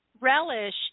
relish